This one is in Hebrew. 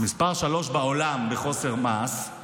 מס' 3 בעולם בחוסר מעש.